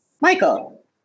Michael